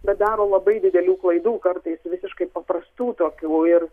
bet daro labai didelių klaidų kartais visiškai paprastų tokių ir